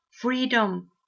Freedom